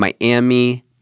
Miami